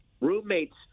roommates